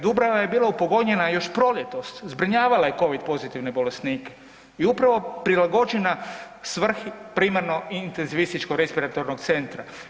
Dubrava je bila upogonjena još proljetos, zbrinjavala je covid pozitivne bolesnike i upravo prilagođena svrhi primarno intenzivističko respiratornog centra.